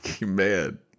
Man